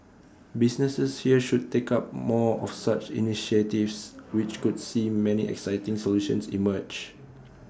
businesses here should take up more of such initiatives which could see many exciting solutions emerge